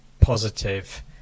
positive